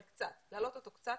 אבל להעלות אותו קצת,